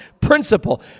principle